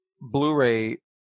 Blu-ray